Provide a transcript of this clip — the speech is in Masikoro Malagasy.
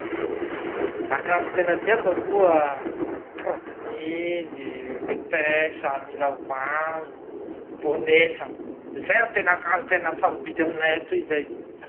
Akanjo tena tiako aloha kranily, vetex, milavango, bonetra. Zay ro tena akanjo tena sarobidy aminay atoy zay.